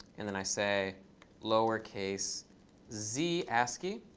and then i say lowercase z ascii.